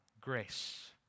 grace